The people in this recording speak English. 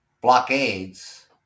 blockades